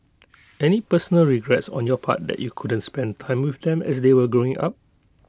any personal regrets on your part that you couldn't spend time with them as they were growing up